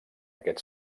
aquest